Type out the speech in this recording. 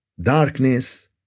darkness